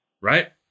right